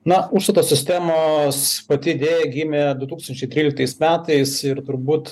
na užstato sistemos pati idėja gimė du tūkstančiai tryliktais metais ir turbūt